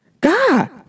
God